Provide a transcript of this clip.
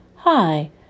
Hi